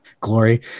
glory